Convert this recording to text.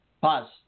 Pause